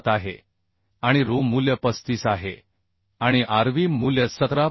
7 आहे आणि Ru मूल्य 35 आहे आणि Rv मूल्य 17